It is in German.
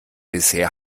bisher